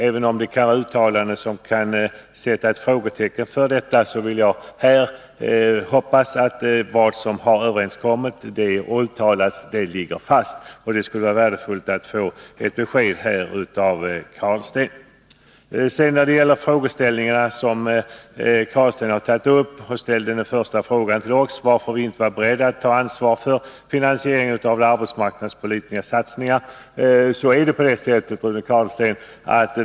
Även om det har förekommit uttalanden där man har satt frågetecken för detta, vill jag hoppas att vad som har överenskommits ligger fast. Det skulle vara värdefullt att få ett besked om det av Rune Carlstein. Rune Carlstein ställde som första fråga till oss, varför vi inte var beredda att ta ansvar för finansieringen av de arbetsmarknadspolitiska satsningarna.